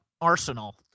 Arsenal